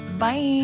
Bye